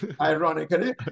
ironically